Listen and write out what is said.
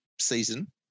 season